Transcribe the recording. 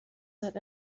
that